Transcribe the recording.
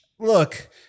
Look